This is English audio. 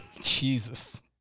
Jesus